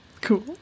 Cool